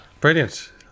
Brilliant